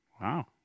Wow